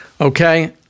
okay